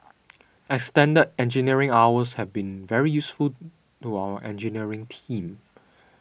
extended engineering hours have been very useful to our engineering team